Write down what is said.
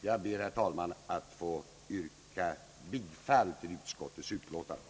Jag ber, herr talman, att få yrka bifall till utskottets utlåtande.